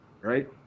right